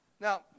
now